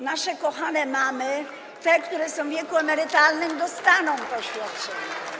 Nasze kochane mamy, te, które są w wieku emerytalnym, dostaną to świadczenie.